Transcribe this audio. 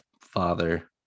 father